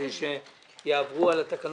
להגיד לך שאני מרוצה מהתפקוד